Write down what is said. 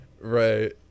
Right